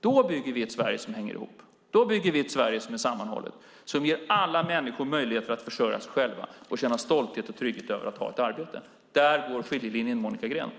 Vi bygger ett Sverige som hänger ihop, ett Sverige som är sammanhållet och ger alla människor möjligheter att försörja sig själva och känna stolthet och trygghet över att ha ett arbete. Där går skiljelinjen, Monica Green.